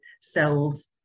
cells